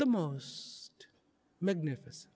the most magnificent